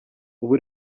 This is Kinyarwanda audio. ubu